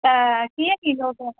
त कीअं ॾींदव फोन